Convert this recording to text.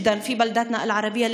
לבתי הספר הערביים ולתלמידים הערבים.